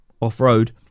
off-road